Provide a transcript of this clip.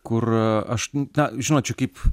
kur aš na žinot čia kaip